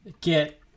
get